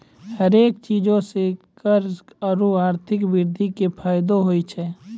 हरेक चीजो से कर आरु आर्थिक वृद्धि के फायदो होय छै